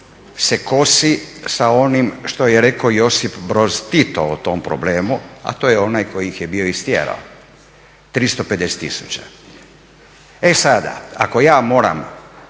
se kosi sa onim što je rekao Josip Broz Tito o tom problemu, a to je onaj koji ih je bio istjerao 350 tisuća. E sada, ako ja moram